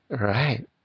Right